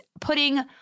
putting